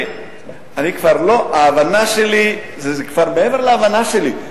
אני כבר לא, ההבנה שלי, זה כבר מעבר להבנה שלי.